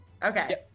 Okay